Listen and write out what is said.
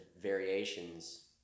variations